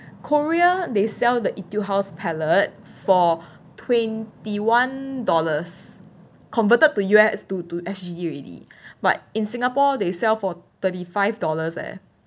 korea they sell the Etude House palette for twenty one dollars converted to U_S to to S_G_D already but in singapore they sell for thirty five dollars leh